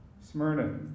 Smyrna